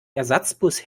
ersatzbus